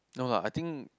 no lah I think